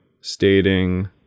stating